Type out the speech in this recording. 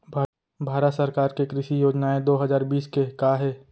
भारत सरकार के कृषि योजनाएं दो हजार बीस के का हे?